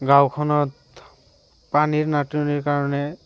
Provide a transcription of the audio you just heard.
গাঁওখনত পানীৰ নাটনিৰ কাৰণে